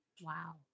wow